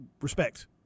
Respect